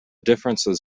differences